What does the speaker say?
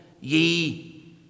ye